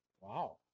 Wow